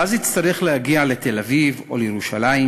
ואז יצטרך להגיע לתל-אביב או לירושלים,